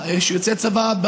ליוצאי צבא,